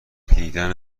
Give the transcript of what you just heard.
دیدن